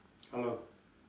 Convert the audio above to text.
hello